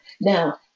Now